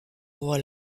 roi